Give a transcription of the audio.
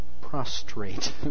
prostrate